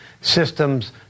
systems